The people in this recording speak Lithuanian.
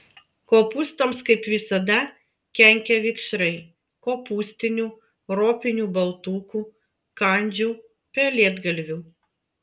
kopūstams kaip visada kenkia vikšrai kopūstinių ropinių baltukų kandžių pelėdgalvių